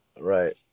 right